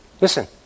listen